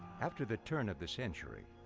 after the turn of the century,